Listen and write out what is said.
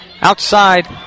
Outside